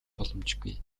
боломжгүй